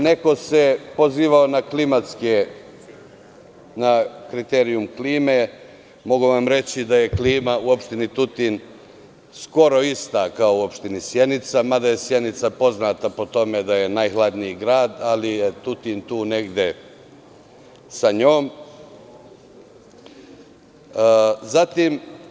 Neko se pozivao na kriterijum klime, pa vam mogu reći da je klima u opštini Tutin skoro ista kao u opštini Sjenica, mada je Sjenica poznata po tome da je najhladniji grad, ali je Tutin tu negde sa njom.